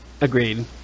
agreed